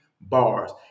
bars